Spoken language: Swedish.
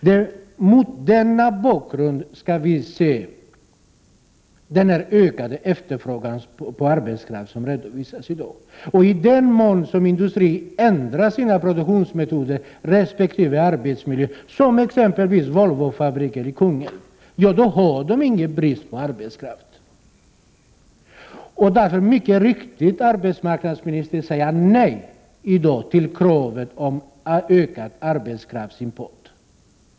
Det är mot den bakgrunden som vi skall se den ökade efterfrågan på arbetskraft som redovisas i dag. Om industrin förändrar sina produktionsmetoder och sin arbetsmiljö — som exempelvis Volvofabriken i Kungälv har gjort — blir det ingen brist på arbetskraft. Därför är det mycket riktigt att, som arbetsmarknadsministern gör i dag, säga nej till kravet på ökad arbetskraftsimport.